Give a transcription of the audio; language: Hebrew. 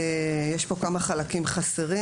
יש פה חלקים חסרים.